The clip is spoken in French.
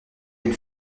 une